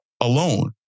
alone